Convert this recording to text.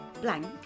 blank